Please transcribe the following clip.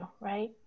right